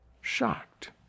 Shocked